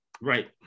Right